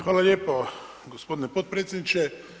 Hvala lijepo gospodine potpredsjedniče.